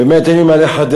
באמת אין לי מה לחדש.